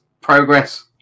progress